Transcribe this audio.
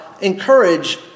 encourage